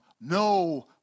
no